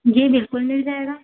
जी बिल्कुल मिल जाएगा